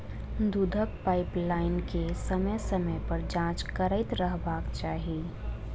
दूधक पाइपलाइन के समय समय पर जाँच करैत रहबाक चाही